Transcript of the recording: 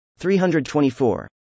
324